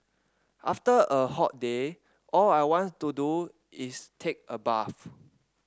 after a hot day all I want to do is take a bath